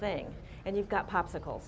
thing and you've got popsicle